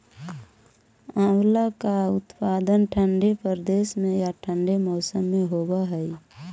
आंवला का उत्पादन ठंडे प्रदेश में या ठंडे मौसम में होव हई